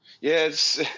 Yes